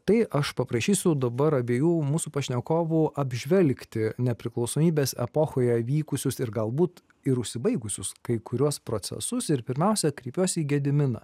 tai aš paprašysiu dabar abiejų mūsų pašnekovų apžvelgti nepriklausomybės epochoje vykusius ir galbūt ir užsibaigusius kai kuriuos procesus ir pirmiausia kreipiuosi į gediminą